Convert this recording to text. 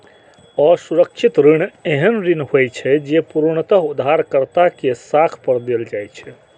असुरक्षित ऋण एहन ऋण होइ छै, जे पूर्णतः उधारकर्ता के साख पर देल जाइ छै